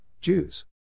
Jews